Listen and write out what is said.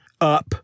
up